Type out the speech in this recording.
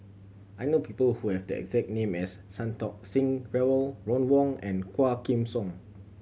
I know people who have the exact name as Santokh Singh Grewal Ron Wong and Quah Kim Song